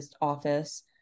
office